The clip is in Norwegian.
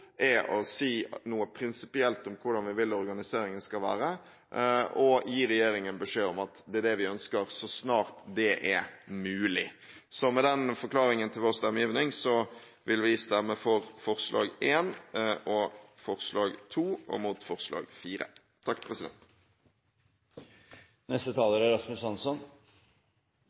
er å si noe prinsipielt om hvordan vi vil at organiseringen skal være, og gi regjeringen beskjed om at det er det vi ønsker så snart det er mulig. Med denne forklaringen til vår stemmegivning vil vi stemme for forslag nr. 1 og forslag nr. 2 og imot forslag